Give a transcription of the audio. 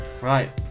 Right